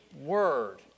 word